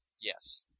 Yes